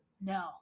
No